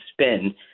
spin